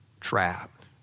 trapped